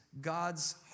God's